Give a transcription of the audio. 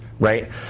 right